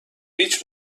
هیچ